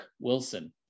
Wilson